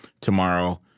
tomorrow